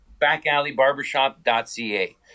backalleybarbershop.ca